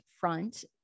front